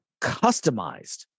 customized